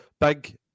big